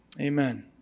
Amen